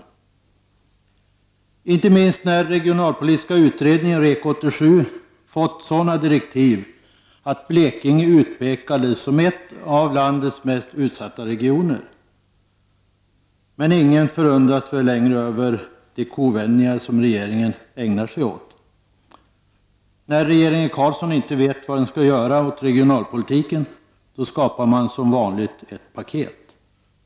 Det gäller inte minst eftersom den regionalpolitiska utredningen, REK 87, fått sådana direktiv att Blekinge utpekades som en av landets mest utsatta regioner. Men ingen förundras väl längre över alla de kovändningar som regeringen ägnar sig åt. När regeringen Carlsson inte vet vad den skall göra åt regionalpolitiken, skapar man som vanligt ett paket.